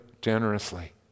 generously